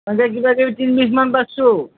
এনেকে কিবাকিবি তিনিবিধ মান পাৰিছোঁ